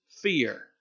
fear